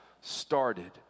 started